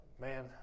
man